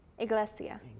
Iglesia